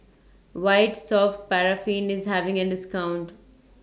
White Soft Paraffin IS having A discount